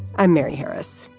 i'm mary harris.